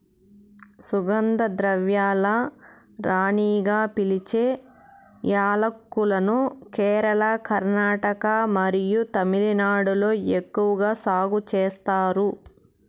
సుగంధ ద్రవ్యాల రాణిగా పిలిచే యాలక్కులను కేరళ, కర్ణాటక మరియు తమిళనాడులో ఎక్కువగా సాగు చేస్తారు